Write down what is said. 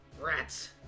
Rats